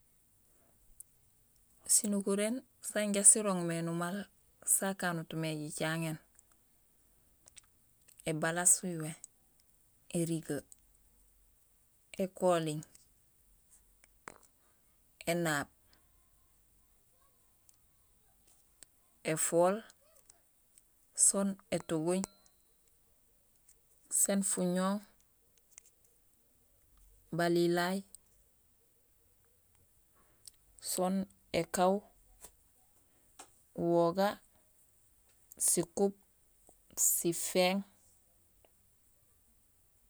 Sinukuréén sanja siroŋ mé numaal sakanut mé jicaŋéén: ébalas uyuwé, érigee, ékoling, énaab, éfool sén étuguñ, sén fuñooŋ, balilaay, soon ékaaw, uwoga, sikuub, sifééŋ